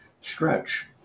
stretch